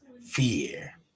fear